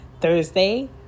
thursday